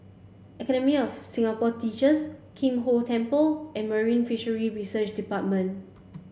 Academy of Singapore Teachers Kim Hong Temple and Marine Fisheries Research Department